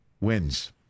wins